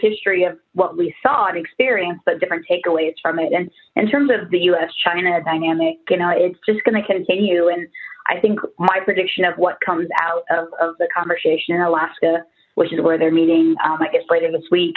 history of what we saw and experienced but different takeaways from it and in terms of the us china dynamic you know it's just going to continue and i think my prediction of what comes out of the conversation in alaska which is where they're meeting i guess later this week